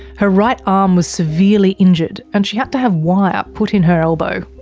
her right arm was severely injured, and she had to have wire put in her elbow.